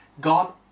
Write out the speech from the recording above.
God